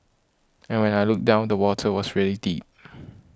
and when I looked down the water was really deep